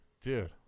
dude